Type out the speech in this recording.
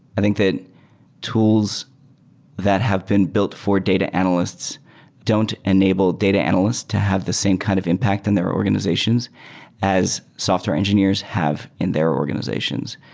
i think that tools that have been built for data analysts don't enable data analyst to have the same kind of impact in their organizations as software engineers engineers have in their organizations.